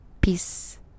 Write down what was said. peace